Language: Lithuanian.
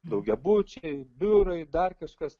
daugiabučiai biurai dar kažkas